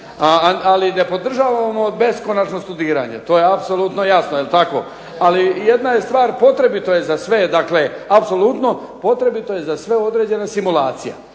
Ali ne podržavamo beskonačno studiranje, to je apsolutno jasno jel tako. Ali jedna je stvar, potrebito je za sve dakle apsolutno, potrebito je za sve određena simulacija.